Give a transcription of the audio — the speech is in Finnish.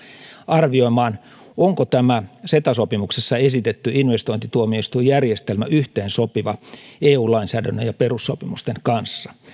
arvioimaan onko tämä ceta sopimuksessa esitetty investointituomioistuinjärjestelmä yhteensopiva eu lainsäädännön ja perussopimusten kanssa